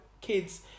kids